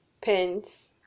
pens